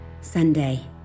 Sunday